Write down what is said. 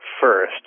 first